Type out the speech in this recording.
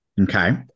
Okay